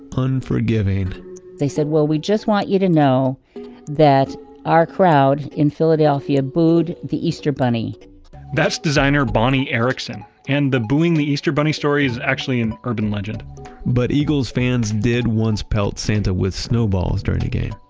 unforgiving they said well we just want you to know that our crowd in philadelphia booed the easter bunny that's designer bonnie erickson, and that booing the easter bunny story is actually an urban legend but eagles fans did once pelt santa with snowballs during the game.